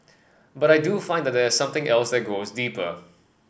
but I do find that there is something else that goes deeper